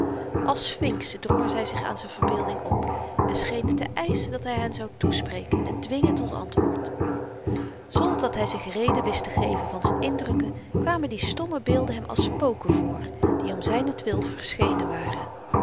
als sfinksen drongen zy zich aan z'n verbeelding op en schenen te eischen dat hy hen zou toespreken en dwingen tot antwoord zonder dat hy zich reden wist te geven van z'n indrukken kwamen die stomme beelden hem als spoken voor die om zynentwil verschenen waren